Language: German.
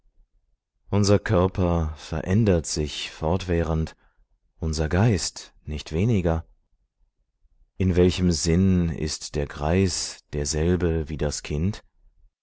unser körper verändert sich fortwährend unser geist nicht weniger in welchem sinn ist der greis derselbe wie das kind